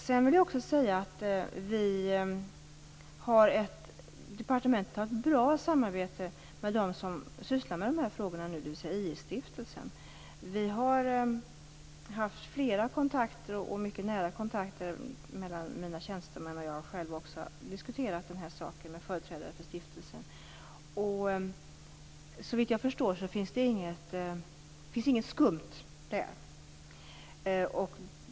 Sedan vill jag också säga att departementet har ett bra samarbete med dem som sysslar med de här frågorna nu, dvs. II-stiftelsen. Mina tjänstemän och jag själv har haft flera och mycket nära kontakter med företrädare för stiftelsen då vi har diskuterat den här saken. Såvitt jag förstår finns det inget skumt där.